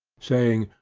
saying,